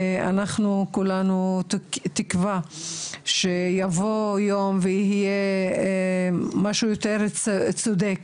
אנחנו כולנו תקווה שיבוא יום ויהיה משהו יותר צודק